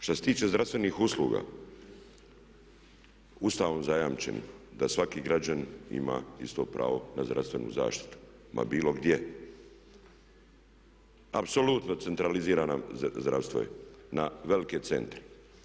Šta se tiče zdravstvenih usluga Ustavom zajamčeni da svaki građanin ima isto pravo na zdravstvenu zaštitu, ma bilo gdje, apsolutno centralizirano zdravstvo je, na velike centre.